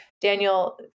Daniel